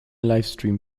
livestream